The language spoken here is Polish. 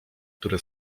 które